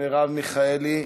מרב מיכאלי,